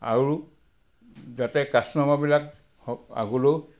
আৰু যাতে কাষ্টমাৰবিলাক আগলৈও